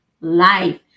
life